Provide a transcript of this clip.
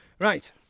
Right